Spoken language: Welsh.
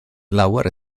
lawer